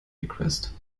request